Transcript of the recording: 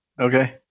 Okay